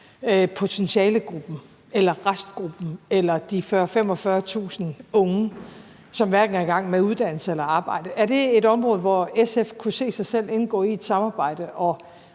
potentialegruppen eller restgruppen eller de 40.000-45.000 unge, som hverken er i gang med uddannelse eller arbejde. Er det et område, hvor SF kunne se sig selv indgå i et samarbejde, og